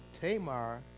Tamar